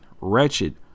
wretched